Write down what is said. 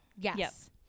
yes